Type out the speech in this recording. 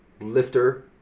lifter